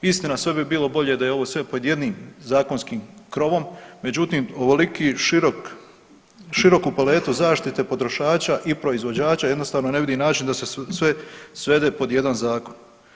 Istina sve bi bilo bolje da je ovo sve pod jednim zakonskim krovom, međutim ovoliku široku kvalitetu zaštite potrošača i proizvođača jednostavno ne vidim način da se sve svede pod jedan zakon.